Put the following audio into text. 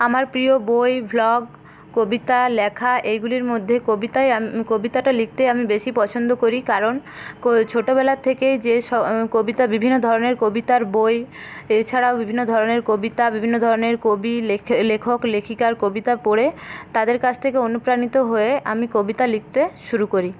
আমার প্রিয় বই ভ্লগ কবিতা লেখা এইগুলির মধ্যে কবিতাই আমি কবিতাটাই লিখতে আমি বেশী পছন্দ করি কারণ ছোটোবেলার থেকে যেসব কবিতা বিভিন্ন ধরণের কবিতার বই এই ছাড়াও বিভিন্ন ধরণের কবিতা বিভিন্ন ধরণের কবির লেখ লেখক লেখিকার কবিতা পড়ে তাদের কাছ থেকে অনুপ্রাণিত হয়ে আমি কবিতা লিখতে শুরু করি